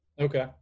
Okay